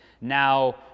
now